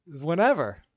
whenever